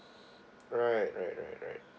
right right right right